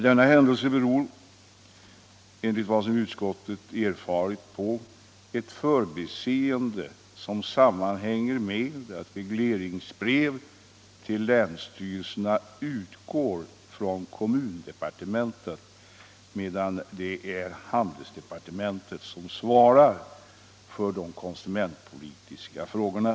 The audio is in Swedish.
Detta beror, enligt vad utskottet erfarit, på ett förbiseende som sammanhänger med att regleringsbrev till länsstyrelserna utgår från kommundepartementet, medan det är handelsdepartementet som svarar för den konsumentpolitiska verksamheten.